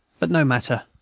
but no matter,